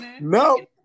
No